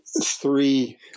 three